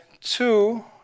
two